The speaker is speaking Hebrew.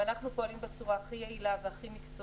ואנחנו פועלים בצורה יעילה ומקצועית